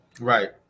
Right